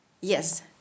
Yes